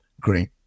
great